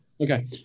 okay